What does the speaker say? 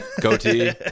Goatee